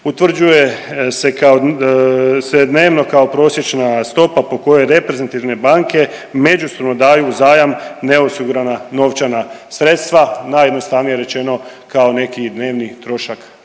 Utvrđuje se dnevno kao prosječna stopa po kojoj reprezentativne banke međusobno daju zajam neosigurana novčana sredstva najjednostavnije rečeno kao neki dnevni trošak